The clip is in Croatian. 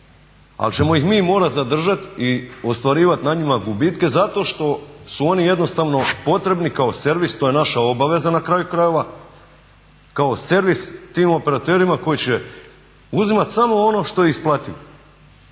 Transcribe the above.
Ali ćemo ih mi morati zadržati i ostvarivati na njima gubitke zato što su oni jednostavno potrebni kao servis, to je naša obaveza na kraju krajeva kao servis tim operaterima koji će uzimati samo ono što je isplativo.